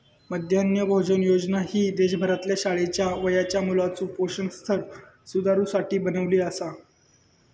मध्यान्ह भोजन योजना ही देशभरातल्या शाळेच्या वयाच्या मुलाचो पोषण स्तर सुधारुसाठी बनवली आसा